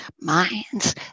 Minds